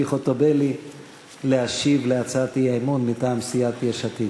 חוטובלי להשיב על הצעת האי-אמון מטעם סיעת יש עתיד.